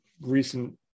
recent –